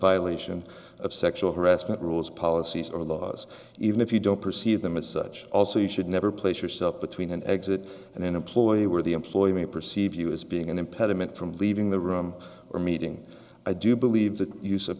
violation of sexual harassment rules policies or laws even if you don't perceive them as such also you should never place yourself between an exit and an employee where the employee may perceive you as being an impediment from leaving the room or meeting i do believe that the use of